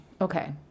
Okay